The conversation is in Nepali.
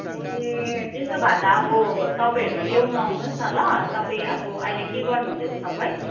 ए त्यसो भए त अब तपाईँहरू ल्याउनु आउनुहोस् न ल तपाईँ अब अहिले के गर्नुहुँदैछ तपाईँ